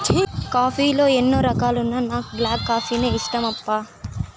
coffee లో ఎన్నో రకాలున్నా నాకు బ్లాక్ కాఫీనే ఇష్టమప్పా